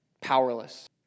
powerless